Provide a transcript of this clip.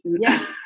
Yes